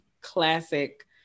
classic